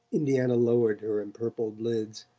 indiana lowered her empurpled lids.